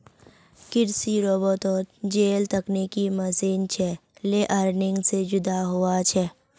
कृषि रोबोतोत जेल तकनिकी मशीन छे लेअर्निंग से जुदा हुआ छे